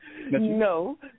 No